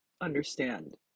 understand